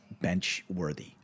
bench-worthy